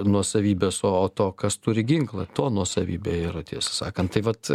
nuosavybės o to kas turi ginklą to nuosavybė yra tiesą sakant tai vat